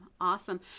Awesome